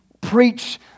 preach